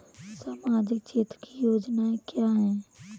सामाजिक क्षेत्र की योजनाएँ क्या हैं?